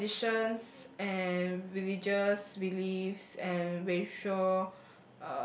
traditions and religious beliefs and ratio